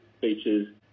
features